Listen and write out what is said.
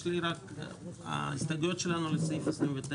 ההסתייגויות לסעיף 29